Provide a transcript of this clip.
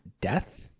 Death